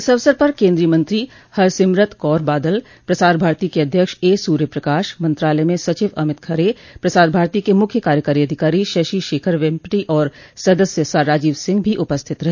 इस अवसर पर केन्द्रीय मंत्री हरसिमरत कौर बादल प्रसार भारती के अध्यक्ष ए सूर्यप्रकाश मंत्रालय में सचिव अभित खरे प्रसार भारती के मुख्य कार्यकारी अधिकारी शंशि शेखर वेम्प्टि और सदस्य राजीव सिंह भी उपस्थित रहे